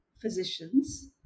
physicians